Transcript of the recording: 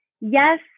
Yes